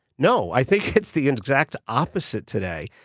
no. i think it's the and exact opposite today.